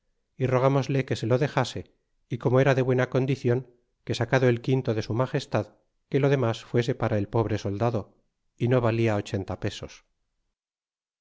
y rogámosle que se lo dexase y como era de buena condicion que sacado el quinto de su magestad que lo demas fuese para el pobre soldado y no valía ochenta pesos